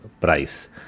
price